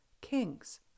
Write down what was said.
kings